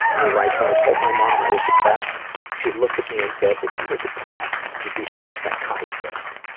and he writes, when i told my mom i was depressed, she looked at me and said, if you were depressed, you'd be seeing a psychiatrist.